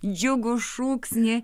džiugų šūksnį